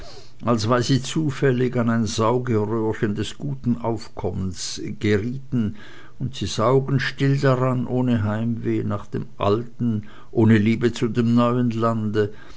als weil sie zufällig an ein saugeröhrchen des guten auskommens gerieten und sie saugen still daran ohne heimweh nach dem alten ohne liebe zu dem neuen lande